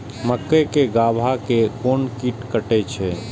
मक्के के गाभा के कोन कीट कटे छे?